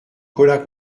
colla